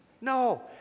No